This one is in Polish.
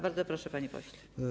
Bardzo proszę, panie pośle.